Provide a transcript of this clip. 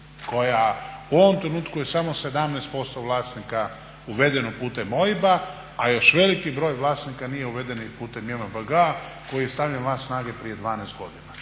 koja u ovom trenutku je samo 17% vlasnika uvedeno putem OIB-a a još veliki broj vlasnika nije uveden putem JMBG-a koji je stavljen van snage prije 12 godina,